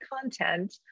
content